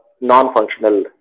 non-functional